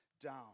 down